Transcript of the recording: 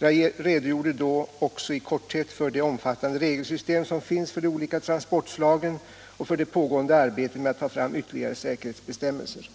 Jag redogjorde då också i korthet för det omfattande regelsystem som finns för de olika transportslagen och för det pågående arbetet med att ta fram ytterligare säkerhetsbestämmelser.